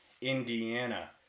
Indiana